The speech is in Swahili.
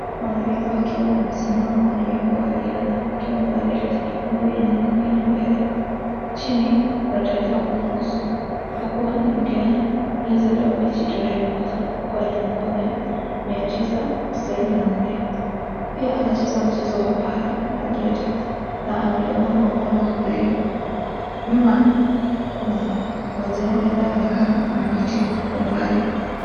Mwanariadha akiwa amesimama kwenye wimbo wa riadha akiwa amevalia shati nyekundu yenye neno Kenya mbele, chini kuna taarifa kumhusu ya kua ni mkenya, alizaliwa Mechi tarehe moja, mwaka wa elfu moja mia tisa tisaini na nne, pia anacheza mchezo wa para-athletics na anaulemavu wa mkono wa kulia, nyuma kuna majengo yanayoonekana na miti kwa umbali.